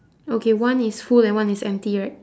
okay one is full and one is empty right